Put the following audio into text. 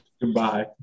Goodbye